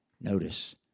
Notice